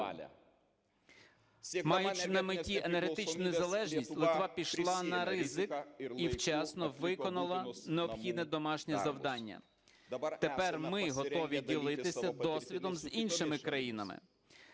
Маючи на меті енергетичну незалежність, Литва пішла на ризик і вчасно виконала необхідне домашнє завдання. Тепер ми готові ділитися досвідом з іншими країнами.